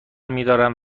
میدارند